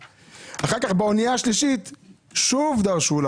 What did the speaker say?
באוניה השלישית שוב דרשו,